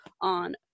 on